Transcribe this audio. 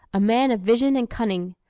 a man of vision and cunning.